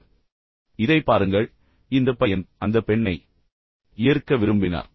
இப்போது இதைப் பாருங்கள் இந்த பையன் அந்த பெண்ணை ஈர்க்க விரும்பினார்